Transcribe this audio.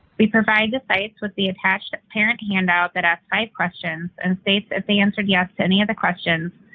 we provide the sites with the attached parent handout that ask five questions and states that if they answered yes to any of the questions,